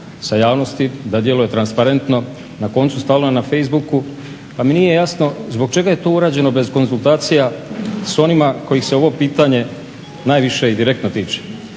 sa javnosti, da djeluje transparentno, na koncu stalno je na face booku pa mi nije jasno zbog čega je to urađeno bez konzultacija s onima kojih se ovo pitanje najviše i direktno tiče?